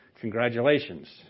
Congratulations